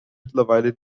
mittlerweile